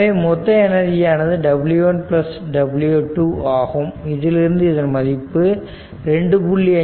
எனவே மொத்த எனர்ஜியானது w 1 w 2 ஆகும் இதிலிருந்து இதன் மதிப்பு 2